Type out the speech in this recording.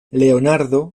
leonardo